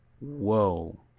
whoa